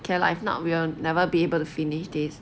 okay lah if not we'll never be able to finish this